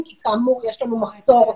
כגון חיסונים,